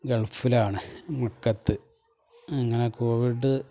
ഗള്ഫിലാണ് മുക്കത്ത് അങ്ങനെ കോവിഡ്